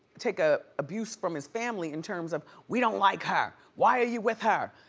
take ah abuse from his family in terms of we don't like her, why are you with her,